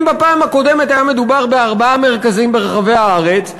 אם בפעם הקודמת היה מדובר בארבעה מרכזים ברחבי הארץ,